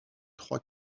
trois